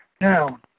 Now